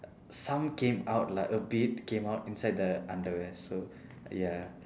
some came out lah a bit came out inside the underwear so ya